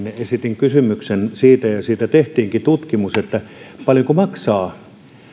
esitin kysymyksen siitä ja siitä tehtiinkin tutkimus paljonko maksaa